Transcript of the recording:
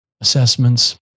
assessments